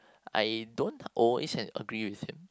I don't always agree with him